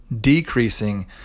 Decreasing